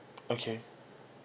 okay